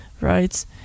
right